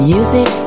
Music